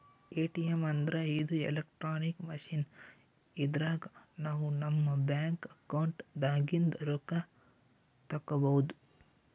ATM ಅಂದ್ರ ಇದು electronic machine ಇದ್ರಾಗ್ ನಾವ್ ನಮ್ ಬ್ಯಾಂಕ್ ಅಕೌಂಟ್ ದಾಗಿಂದ್ ರೊಕ್ಕ ತಕ್ಕೋಬಹುದ್